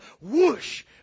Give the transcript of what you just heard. whoosh